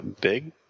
big